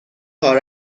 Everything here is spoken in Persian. کار